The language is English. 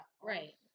Right